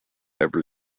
every